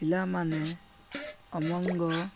ପିଲାମାନେ ଅମଙ୍ଗ